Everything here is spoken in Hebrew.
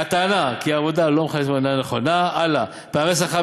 הטענה שהעבודה אינה מחלצת מעוני איננה נכונה.